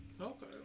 Okay